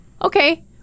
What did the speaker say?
Okay